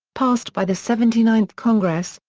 passed by the seventy ninth congress,